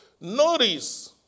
Notice